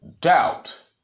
doubt